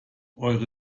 eure